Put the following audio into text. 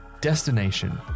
Destination